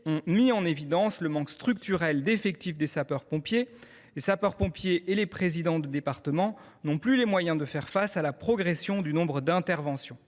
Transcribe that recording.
ont mis en évidence le manque structurel d’effectifs de sapeurs pompiers. Les sapeurs pompiers et les présidents de département n’ont plus les moyens de faire face à la progression du nombre d’interventions.